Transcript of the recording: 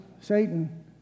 Satan